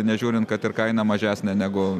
nežiūrint kad ir kaina mažesnė negu